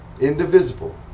indivisible